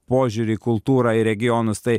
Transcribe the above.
požiūrį į kultūrą į regionus tai